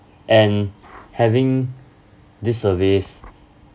and having these surveys